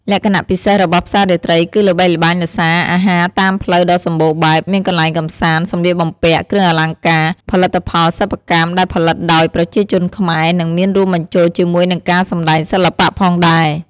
លក្ខណៈពិសេសរបស់ផ្សាររាត្រី គឺល្បីល្បាញដោយសារអាហារតាមផ្លូវដ៏សម្បូរបែប មានកន្លែងកម្សាន្ត សម្លៀកបំពាក់ គ្រឿងអលង្ការ ផលិតផលសិប្បកម្មដែលផលិតដោយប្រជាជនខ្មែរ និងមានរួមបញ្ចូលជាមួយនឹងការសម្តែងសិល្បៈផងដែរ។